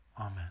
Amen